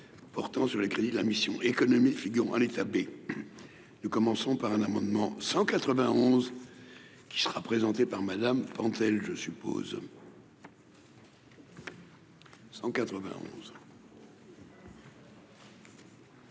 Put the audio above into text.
portant sur les crédits de la mission Économie figure aller taper, nous commençons par un amendement 191 qui sera présenté par Madame Pentel, je suppose. 191.